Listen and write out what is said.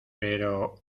pero